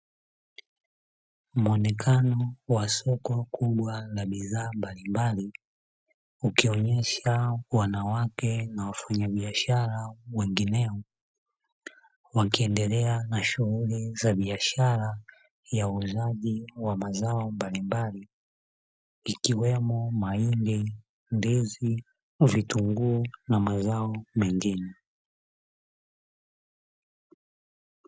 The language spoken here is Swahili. Muonekano wa soko kubwa la bidhaa mbalimbali ukionyesha wanawake na wafanyabiashara wengineo wakiendelea na shughuli za biashara ya uuzaji wa mazao mbalimbali ikiwemo mahindi, ndizi, vitunguu na mazao mengine.